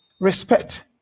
respect